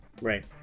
Right